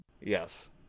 Yes